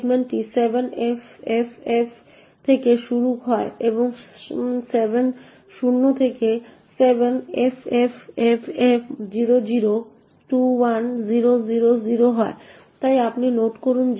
সেগমেন্টটি 7ffff থেকে শুরু হয় এবং 7 শূন্য থেকে 7 ffff0021000 হয় তাই আপনি নোট করুন